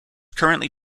currently